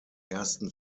ersten